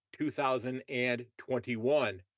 2021